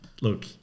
look